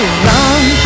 wrong